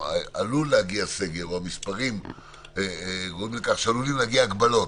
שעלול להגיע סגר או שהמספרים גורמים לכך שעלולים להגיע הגבלות,